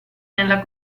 nella